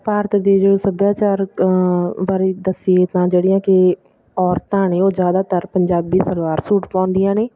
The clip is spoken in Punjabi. ਭਾਰਤ ਦੇ ਜੋ ਸੱਭਿਆਚਾਰ ਬਾਰੇ ਦੱਸੀਏ ਤਾਂ ਜਿਹੜੀਆਂ ਕਿ ਔਰਤਾਂ ਨੇ ਉਹ ਜ਼ਿਆਦਾਤਰ ਪੰਜਾਬੀ ਸਲਵਾਰ ਸੂਟ ਪਾਉਂਦੀਆਂ ਨੇ